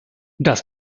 das